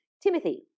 timothy